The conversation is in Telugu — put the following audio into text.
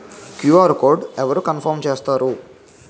క్యు.ఆర్ కోడ్ అవరు కన్ఫర్మ్ చేస్తారు?